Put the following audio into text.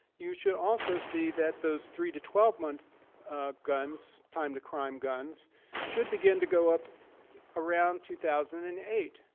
you should also see that those three to twelve months guns, time-to-crime guns should begin to go up around two thousand and eight.